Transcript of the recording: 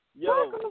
Yo